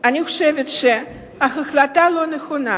אני חושבת שההחלטה לא נכונה,